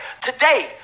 today